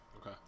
Okay